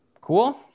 Cool